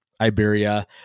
Iberia